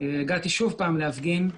הגעתי שוב להפגין.